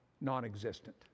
non-existent